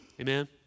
Amen